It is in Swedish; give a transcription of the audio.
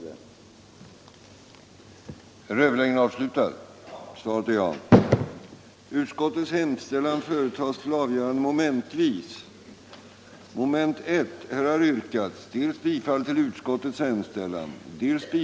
den det ej vill röstar nej.